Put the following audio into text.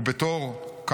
ובתור בן להורים שכולים,